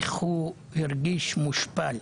איך הוא הרגיש מושפל,